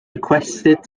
requested